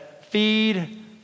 feed